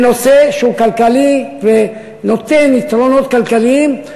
לנושא שהוא כלכלי ונותן יתרונות כלכליים,